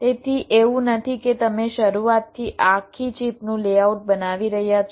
તેથી એવું નથી કે તમે શરૂઆતથી આખી ચિપનું લેઆઉટ બનાવી રહ્યા છો